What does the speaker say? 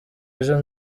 ejo